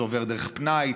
זה עובר דרך פנאי,